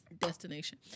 destination